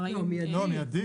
מיידית.